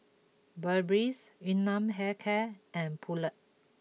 Burberry Yun Nam Hair Care and Poulet